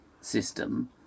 system